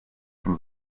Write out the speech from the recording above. from